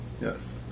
yes